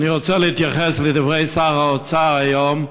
אני רוצה להתייחס לדברי שר האוצר היום,